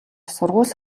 сургууль